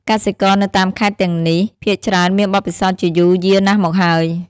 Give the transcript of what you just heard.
កសិករនៅតាមខេត្តទាំងនេះ ភាគច្រើនមានបទពិសោធន៍ជាយូរយារណាស់មកហើយ។